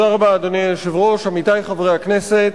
אדוני היושב-ראש, תודה רבה, עמיתי חברי הכנסת,